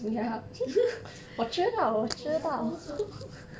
我要工作